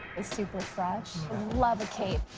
it's super fresh, i love a cape.